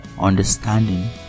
understanding